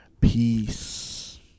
Peace